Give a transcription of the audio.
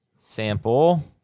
sample